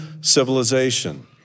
civilization